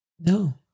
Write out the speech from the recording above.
No